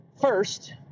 first